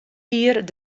jier